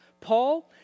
Paul